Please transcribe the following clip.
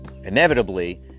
Inevitably